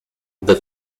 the